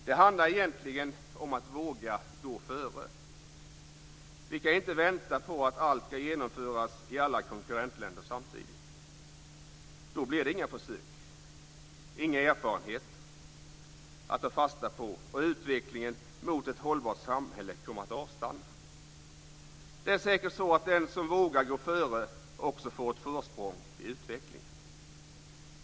Det handlar egentligen om att våga gå före. Vi kan inte vänta på att allt ska genomföras i alla konkurrentländer samtidigt. Då blir det inga försök och inga erfarenheter att ta fasta på. Utvecklingen mot ett hållbart samhälle kommer att avstanna. Det är säkert så att den som vågar gå före också får ett försprång i utvecklingen.